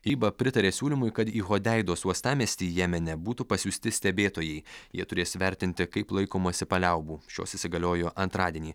iba pritarė siūlymui kad į hodeidos uostamiestį jemene būtų pasiųsti stebėtojai jie turės įvertinti kaip laikomasi paliaubų šios įsigaliojo antradienį